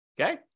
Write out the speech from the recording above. Okay